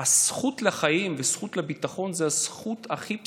שהזכות לחיים וזכות לביטחון זאת הזכות הכי בסיסית,